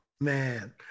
Man